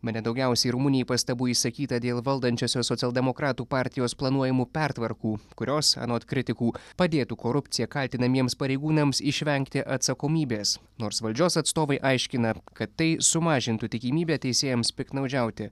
bene daugiausiai rumunijai pastabų išsakyta dėl valdančiosios socialdemokratų partijos planuojamų pertvarkų kurios anot kritikų padėtų korupcija kaltinamiems pareigūnams išvengti atsakomybės nors valdžios atstovai aiškina kad tai sumažintų tikimybę teisėjams piktnaudžiauti